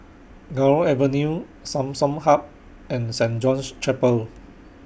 Gul Avenue Samsung Hub and Saint John's Chapel